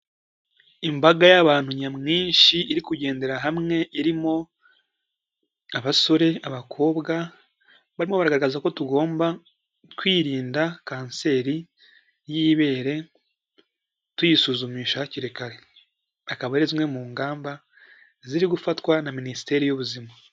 Imbaga y'abantu nyamwinshi iri kugendera hamwe irimo abasore abakobwa barimo bagaragaza ko tugomba kwirinda kanseri y'ibere tuyisuzumisha hakiri kare akaba ari zimwe mu ngamba ziri gufatwa na minisiteri y'ubuzima.